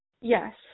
Yes